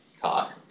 talk